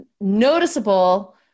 noticeable